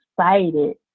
excited